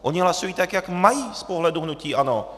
Oni hlasují tak, jak mají z pohledu hnutí ANO.